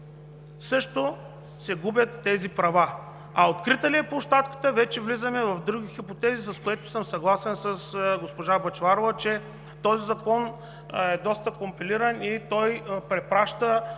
също се губят тези права. А открита ли е площадката, вече влизаме в други хипотези, за което съм съгласен с госпожа Бъчварова, че този закон е доста компилиран и от един